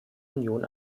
union